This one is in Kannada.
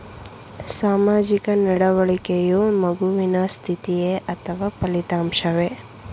ಸಾಮಾಜಿಕ ನಡವಳಿಕೆಯು ಮಗುವಿನ ಸ್ಥಿತಿಯೇ ಅಥವಾ ಫಲಿತಾಂಶವೇ?